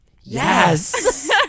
yes